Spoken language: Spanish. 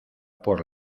por